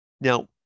Now